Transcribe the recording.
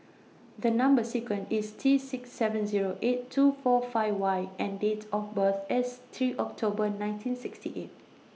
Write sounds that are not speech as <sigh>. <noise> The Number sequence IS T six seven Zero eight two four five Y and Date of birth IS three October nineteen sixty eight